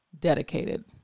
dedicated